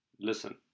listen